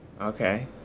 okay